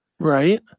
Right